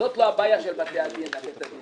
זאת לא הבעיה של בית הדין באילת.